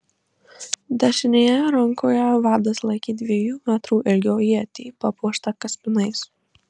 dešinėje rankoje vadas laikė dviejų metrų ilgio ietį papuoštą kaspinais